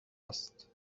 هست